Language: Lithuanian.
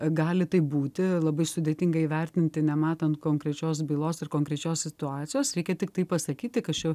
gali taip būti labai sudėtinga įvertinti nematant konkrečios bylos ir konkrečios situacijos reikia tiktai pasakyti kas čia